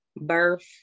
birth